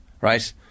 Right